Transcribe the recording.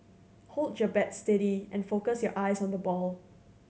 hold your bat steady and focus your eyes on the ball